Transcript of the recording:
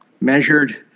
measured